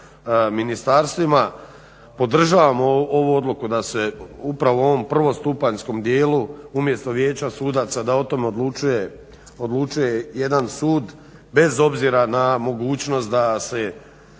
ministarstvima podržavam ovu odluku da se upravo u ovom prvostupanjskom dijelu umjesto Vijeća sudaca da o tome odlučuje jedan sud, bez obzira na mogućnost da se